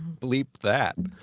bleep that.